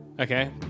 Okay